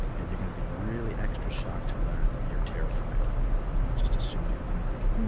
and you're going to be really, extra shocked to learn that you're terrified when you just assumed you wouldn't be.